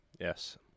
Yes